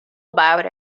about